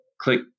click